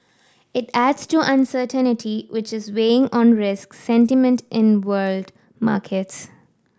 it adds to uncertainty which is weighing on risk sentiment in world markets